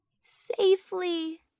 safely